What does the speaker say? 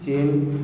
ଚୀନ୍